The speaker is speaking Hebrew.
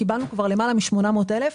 קיבלנו כבר למעלה מ-800 אלף.